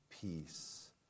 peace